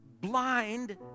blind